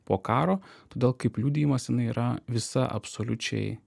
po karo todėl kaip liudijimas jinai yra visa absoliučiai